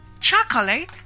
chocolate